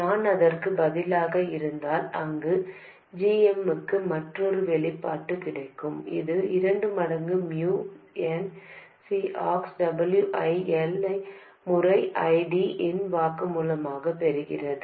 நான் அதற்குப் பதிலாக இருந்தால் அங்கு g m க்கு மற்றொரு வெளிப்பாடு கிடைக்கும் இது 2 மடங்கு mu n C ox W ஐ L முறை I D இன் வர்க்கமூலமாகப் பெறுகிறது